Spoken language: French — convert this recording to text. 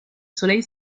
soleil